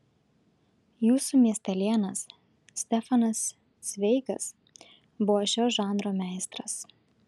jūsų miestelėnas stefanas cveigas buvo šio žanro meistras